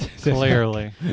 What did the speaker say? Clearly